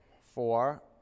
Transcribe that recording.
four